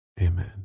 Amen